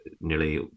nearly